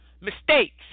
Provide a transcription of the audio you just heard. mistakes